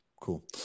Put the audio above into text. Cool